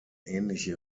ähnliche